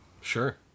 Sure